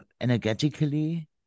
energetically